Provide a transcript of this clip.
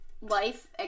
life